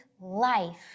life